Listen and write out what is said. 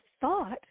thought